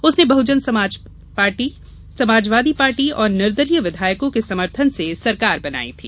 उसने Bahujan Samaj party Samajwadi party और निर्दलीय विधायकों के समर्थन से सरकार बनाई थी